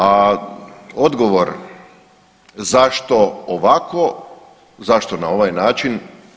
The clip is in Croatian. A odgovor zašto ovako, zašto na ovaj način.